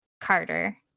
Carter